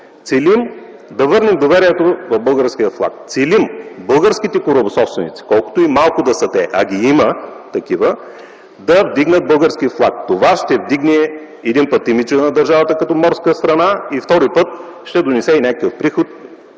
Целим да върнем доверието в българския флаг. Целим българските корабо собственици, колкото и малко да са те, а има такива, да вдигнат българския флаг. Това ще повиши, един път, имиджа на държавата като морска страна, и втори път, ще донесе и някакъв приход